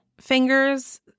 fingers